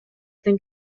тең